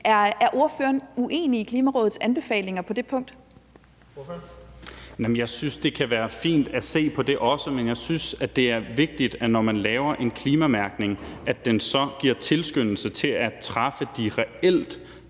Ordføreren. Kl. 12:57 Carl Valentin (SF): Jeg synes, det kan være fint at se på det også, men jeg synes, det er vigtigt, når man laver en klimamærkning, at den så giver tilskyndelse til at træffe de reelt